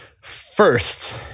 First